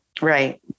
Right